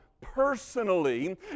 personally